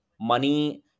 money